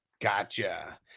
Gotcha